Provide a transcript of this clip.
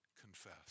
confess